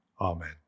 Amen